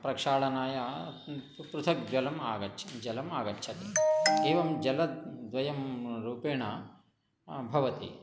प्रक्षालनाय क्म् प् पृथक् जलम् आगच्छ जलम् आगच्छति एवं जलद्वयं रूपेण भवति